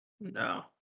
No